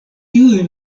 tiuj